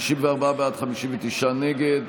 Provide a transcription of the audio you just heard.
54 בעד, 59 נגד.